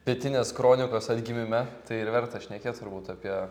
pietinės kronikos atgimime tai ir verta šnekėt turbūt apie